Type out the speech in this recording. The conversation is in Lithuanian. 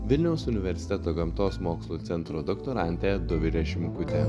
vilniaus universiteto gamtos mokslų centro doktorantė dovilė šimkutė